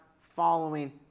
following